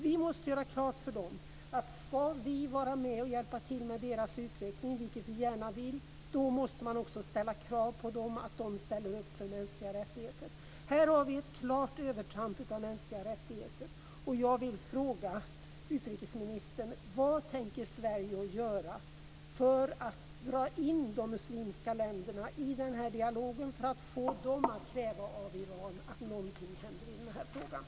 Vi måste göra klart för dem att ska vi vara med och hjälpa till med deras utveckling, vilket vi gärna vill, måste vi också ställa krav på dem att de ställer upp för mänskliga rättigheter. Här har vi ett klart övertramp på mänskliga rättigheter, och jag vill fråga utrikesministern: Vad tänker man från Sverige göra för att dra in de muslimska länderna i den här dialogen och för att få dem att kräva av Iran att någonting händer i den här frågan?